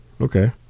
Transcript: Okay